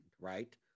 right